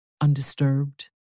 undisturbed